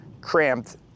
cramped